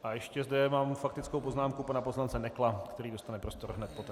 A ještě zde mám faktickou poznámku pana poslance Nekla, který dostane prostor hned poté.